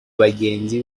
bagenzi